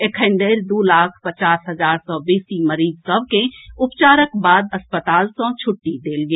एखन धरि दू लाख पचास हजार सँ बेसी मरीज सभ के उपचारक बाद अस्पताल सँ छुट्टी देल गेल